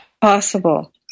possible